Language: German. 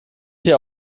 hier